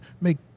make